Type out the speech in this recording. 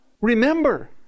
remember